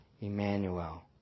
Emmanuel